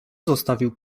zostawił